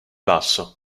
basso